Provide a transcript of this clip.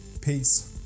peace